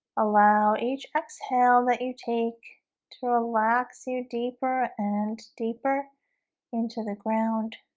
allow each exhale that you take to relax you deeper and deeper into the ground